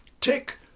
tick